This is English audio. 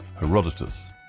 Herodotus